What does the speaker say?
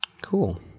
Cool